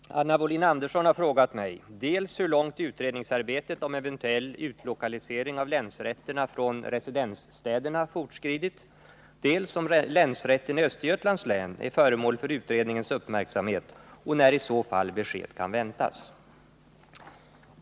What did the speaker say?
Herr talman! Anna Wohlin-Andersson har frågat mig dels hur långt utredningsarbetet om eventuell utlokalisering av länsrätterna från residensstäderna fortskridit, dels om länsrätten i Östergötlands län är föremål för utredningens uppmärksamhet och när i så fall besked kan väntas.